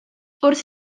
wrth